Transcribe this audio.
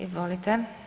Izvolite.